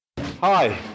Hi